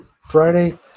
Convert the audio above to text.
Friday